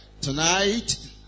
Tonight